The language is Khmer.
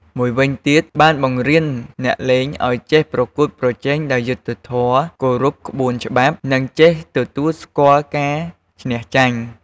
មួយវិញទៀត បានបង្រៀនអ្នកលេងឱ្យចេះប្រកួតប្រជែងដោយយុត្តិធម៌ គោរពក្បួនច្បាប់ និងចេះទទួលស្គាល់ការឈ្នះចាញ់។